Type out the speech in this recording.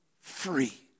free